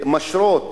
שמשרה,